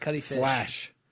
flash